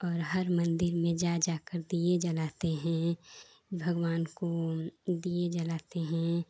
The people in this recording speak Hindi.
और हर मन्दिर में जा जाकर दीये जलाते हैं भगवान को दीये जलाते हैं